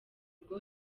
rwo